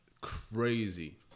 Crazy